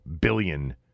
billion